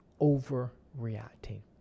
overreacting